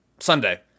Sunday